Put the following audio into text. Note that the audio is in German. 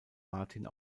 martin